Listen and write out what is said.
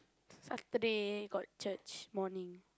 Saturday got church morning